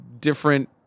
different